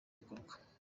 bikorwa